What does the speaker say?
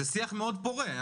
זה שיח מאוד פורה,